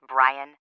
Brian